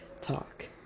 Talk